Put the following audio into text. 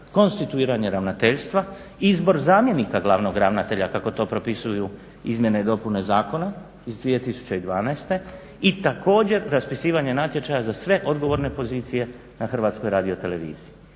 konstituiranje ravnateljstva, izbor zamjenika glavnog ravnatelja kako to propisuju izmjene i dopune zakona iz 2012. i također raspisivanje natječaja za sve odgovorne pozicije na Hrvatskoj radioteleviziji.